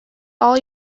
all